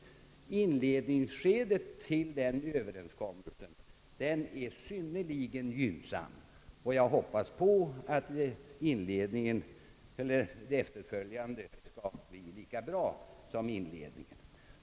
Inledningsskedet för tillämpningen av denna överenskommelse är synnerligen gynnsamt, och jag hoppas att fortsättningen skall bli lika bra som starten.